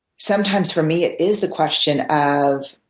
sometimes for me it is the question of